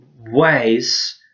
ways